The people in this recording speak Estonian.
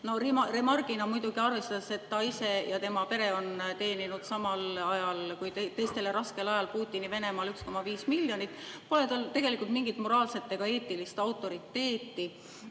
Remargina muidugi: arvestades, et ta ise ja tema pere on teeninud samal ajal, teistele raskel ajal Putini-Venemaal 1,5 miljonit, pole tal tegelikult mingit moraalset ega eetilist autoriteeti